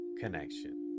connection